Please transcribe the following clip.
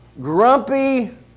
grumpy